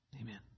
Amen